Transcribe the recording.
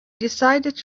decided